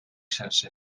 sense